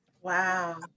wow